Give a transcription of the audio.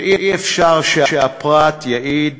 ואי-אפשר שהפרט יעיד